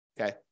Okay